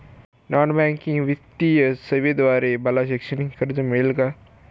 Non banking वित्तीय सेवेद्वारे मला शैक्षणिक कर्ज मिळेल का?